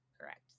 Correct